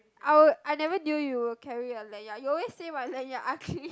I'll I never knew you'll carry a lanyard you always say my lanyard ugly